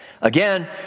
Again